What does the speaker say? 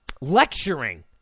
lecturing